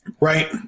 Right